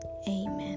Amen